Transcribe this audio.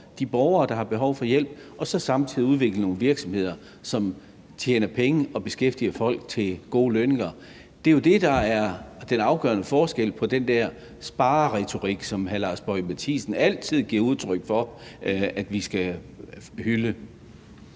de borgere, der har behov for hjælp, og så samtidig udvikle nogle virksomheder, som tjener penge og beskæftiger folk til gode lønninger. Det er jo det, der er den afgørende forskel i forhold til den der spareretorik, som hr. Lars Boje Mathiesen altid giver udtryk for at vi skal hylde.